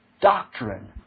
doctrine